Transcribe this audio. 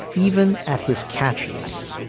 even at his catchiest